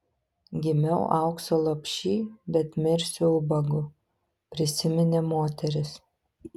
gimiau aukso lopšy bet mirsiu ubagu prisiminė moteris